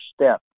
step